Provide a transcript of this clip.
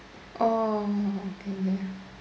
oh okay okay